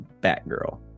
Batgirl